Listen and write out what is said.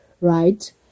right